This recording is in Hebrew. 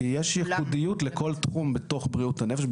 כי יש ייחודיות לכל תחום בתוך בריאות הנפש,